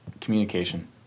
communication